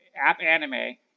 AppAnime